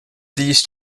these